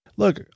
Look